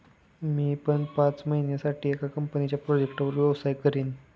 मी पण पाच महिन्यासाठी एका कंपनीच्या प्रोजेक्टवर व्यवसाय करीन